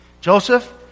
Joseph